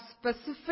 specific